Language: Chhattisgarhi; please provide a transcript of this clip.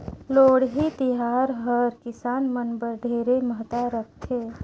लोहड़ी तिहार हर किसान मन बर ढेरे महत्ता राखथे